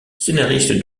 scénariste